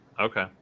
Okay